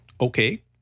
Okay